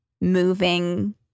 moving